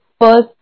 first